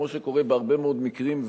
כמו שקורה בהרבה מאוד מקרים,